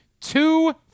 two